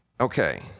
Okay